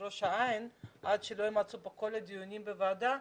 ראש העין עד שלא ימוצו כל הדיונים בוועדה,